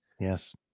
Yes